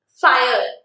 fire